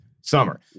summer